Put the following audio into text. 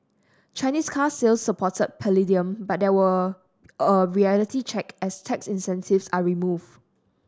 Chinese car sales supported palladium but there were a reality check as tax incentives are removed